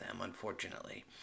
unfortunately